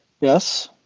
Yes